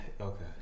Okay